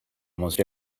almost